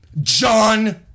John